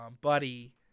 buddy